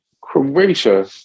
Croatia